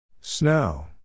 Snow